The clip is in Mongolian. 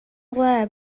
гуай